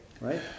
right